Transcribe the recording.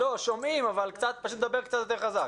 שומעים, אבל פשוט תדבר קצת יותר חזק.